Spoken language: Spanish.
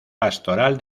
pastoral